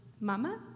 Mama